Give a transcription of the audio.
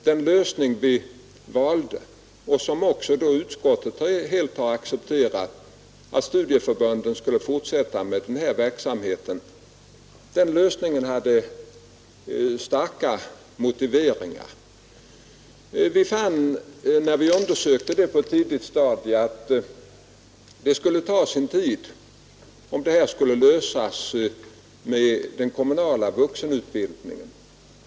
Den lösning som vi valde och som också utskottet helt har accepterat — att studieförbunden skulle fortsätta med denna verksamhet — har starka motiveringar. Vi fann, när vi undersökte detta på ett tidigt stadium, att det skulle ta sin tid att få en tillfredsställande ordning beträffande den kommunala vuxenutbild ningen.